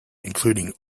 including